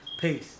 peace